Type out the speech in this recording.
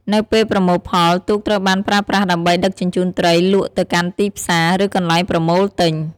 នៅពេលប្រមូលផល ទូកត្រូវបានប្រើប្រាស់ដើម្បីដឹកជញ្ជូនត្រីលក់ទៅកាន់ទីផ្សារ ឬកន្លែងប្រមូលទិញ។